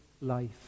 life